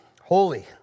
holy